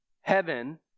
Heaven